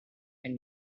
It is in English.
and